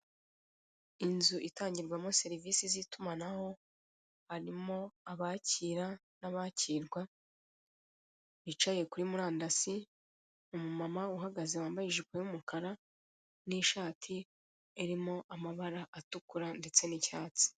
Inzu itangirwamo serivise z'itumanaho harimo abakira n'abakirwa bicaye kuri murandasi, umumama uhagaze wambaye ijipo y'umukara n'ishati irimo amabara atukura ndetse n'icyatsi.